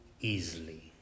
easily